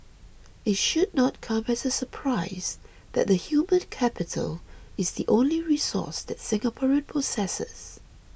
it should not come as a surprise that the human capital is the only resource that Singapore possesses